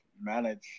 manage